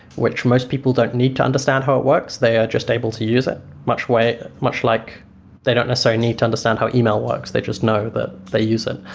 which most people don't need to understand how it works, they are just able to use it much way, much like they don't necessarily need to understand how e-mail works. they just know that they use it,